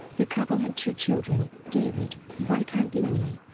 the couple had two children david, viscount linley,